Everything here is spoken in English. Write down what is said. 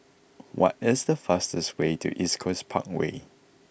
what is the fastest way to East Coast Parkway